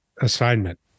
assignment